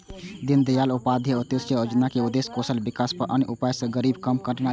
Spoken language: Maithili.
दीनदयाल उपाध्याय अंत्योदय योजनाक उद्देश्य कौशल विकास आ अन्य उपाय सं गरीबी कम करना छै